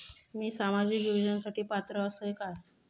मी सामाजिक योजनांसाठी पात्र असय काय?